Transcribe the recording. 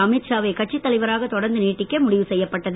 அமீத் ஷாவை கட்சி தலைவராக தொடர்ந்து நீட்டிக்க முடிவு செய்யப்பட்டது